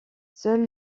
seul